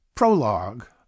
Prologue